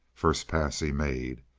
first pass he made.